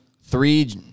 three